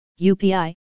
UPI